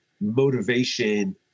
motivation